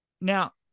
Now